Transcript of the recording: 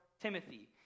Timothy